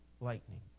lightning